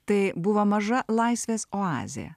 tai buvo maža laisvės oazė